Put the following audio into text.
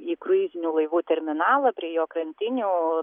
į kruizinių laivų terminalą prie jo krantinių